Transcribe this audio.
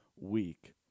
week